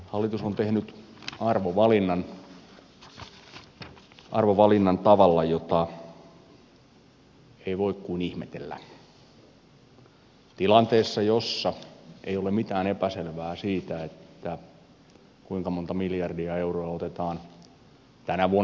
hallitus on tehnyt arvovalinnan tavalla jota ei voi kuin ihmetellä tilanteessa jossa ei ole mitään epäselvää siitä kuinka monta miljardia euroa otetaan tänä vuonna velkaa